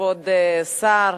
כבוד השר,